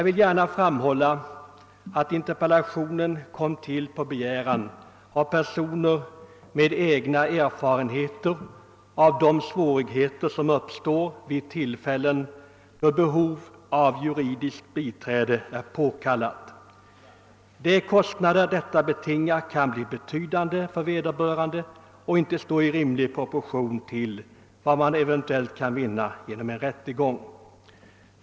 Min interpellation tillkom på begäran av personer med egna erfarenheter av de svårigheter som möter då behov av juridiskt biträde uppkommer. De kostnader detta betingar kan bli betydande för vederbörande och står kanske inte i rimlig proportion till vad man eventuellt kan vinna genom en rättegång.